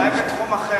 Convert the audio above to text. הדובר הבא,